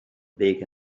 big